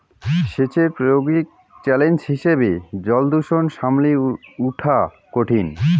সেচের প্রায়োগিক চ্যালেঞ্জ হিসেবে জলদূষণ সামলি উঠা কঠিন